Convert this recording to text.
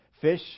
Fish